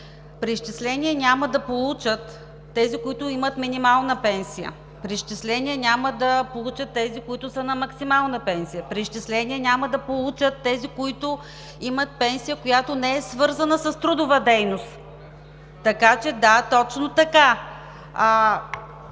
Преизчисление няма да получат тези, които имат минимална пенсия, преизчисление няма да получат тези, които са на максимална пенсия, преизчисление няма да получат тези, които имат пенсия, която не е свързана с трудова дейност. (Реплики от